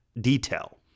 detail